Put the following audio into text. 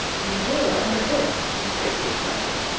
when the jailer heard this, he was greatly troubled.